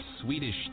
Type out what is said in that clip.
Swedish